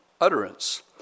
utterance